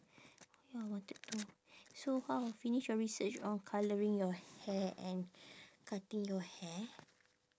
oh ya I wanted to so how finish your research of colouring your hair and cutting your hair